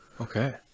Okay